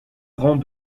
rang